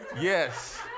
Yes